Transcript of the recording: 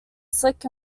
slick